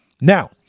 Now